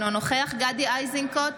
אינו נוכח גדי איזנקוט,